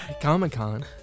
Comic-Con